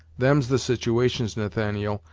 them's the situations, nathaniel,